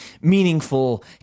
meaningful